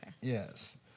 Yes